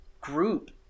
group